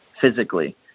physically